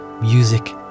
Music